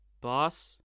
boss